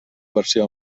versió